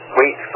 wait